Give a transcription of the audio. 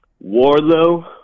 Warlow